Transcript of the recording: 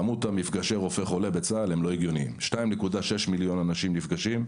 כמות מפגשי רופא-חולה בצה"ל הם לא הגיוניים 2.6 מיליון אנשים נפגשים.